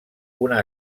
una